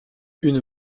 une